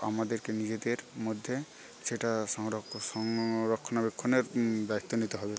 আমাদেরকে নিজেদের মধ্যে সেটা সংরক্ষ সং রক্ষণাবেক্ষণের দায়িত্ব নিতে হবে